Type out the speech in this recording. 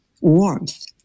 warmth